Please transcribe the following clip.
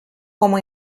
como